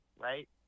right